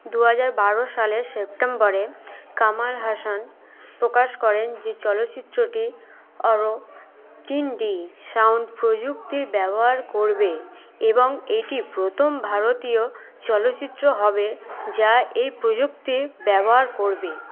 দু হাজার বারো সালে সেপ্টেম্বরে কামাল হাসান প্রকাশ করেন যে চলচ্চিত্রটি অ তিনডি সাউন্ড প্রযুক্তির ব্যবহার করবে এবং এটি প্রথম ভারতীয় চলচ্চিত্র হবে যা এই প্রযুক্তির ব্যবহার করবে